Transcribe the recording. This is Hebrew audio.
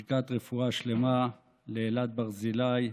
ברכת רפואה שלמה לאלעד ברזילי,